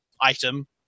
item